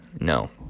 No